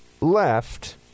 left